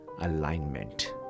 alignment